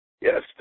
Yes